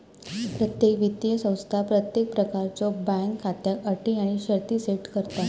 प्रत्येक वित्तीय संस्था प्रत्येक प्रकारच्यो बँक खात्याक अटी आणि शर्ती सेट करता